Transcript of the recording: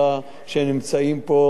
עם כל הוויכוחים וכל הקשיים.